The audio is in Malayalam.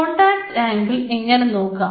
കോൺടാക്ട് അങ്കിൾ എങ്ങനെ നോക്കാം